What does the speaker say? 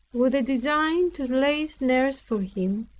with a design to lay snares for him,